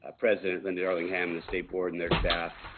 ah president linda darling-hammond. the state board and their staff.